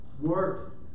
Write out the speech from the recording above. Work